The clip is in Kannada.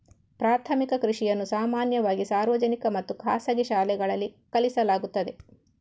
ಪ್ರಾಥಮಿಕ ಕೃಷಿಯನ್ನು ಸಾಮಾನ್ಯವಾಗಿ ಸಾರ್ವಜನಿಕ ಮತ್ತು ಖಾಸಗಿ ಶಾಲೆಗಳಲ್ಲಿ ಕಲಿಸಲಾಗುತ್ತದೆ